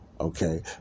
Okay